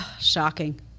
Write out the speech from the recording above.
shocking